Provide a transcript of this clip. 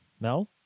Mel